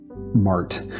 Mart